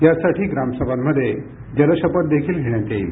यासाठी ग्राम सभांमध्ये जल शपथ देखील घेण्यात येईल